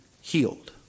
healed